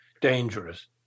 dangerous